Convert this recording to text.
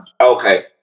Okay